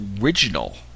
original